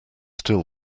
still